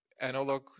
Analog